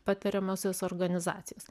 patariamosios organizacijos